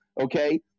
okay